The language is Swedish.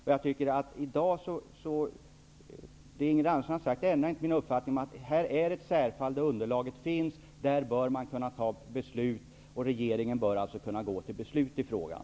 Ingrid Andersson har sagt att hon inte ändrar sin uppfattning om att det här rör sig om ett särfall, där det finns ett underlag. Beslut bör därför kunna fattas. Regeringen bör alltså kunna gå till beslut i frågan.